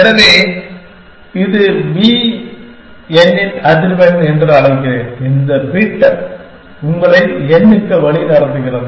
எனவே இதை b n இன் அதிர்வெண் என்று அழைக்கிறேன் இது பிட் உங்களை இந்த n க்கு வழிநடத்துகிறது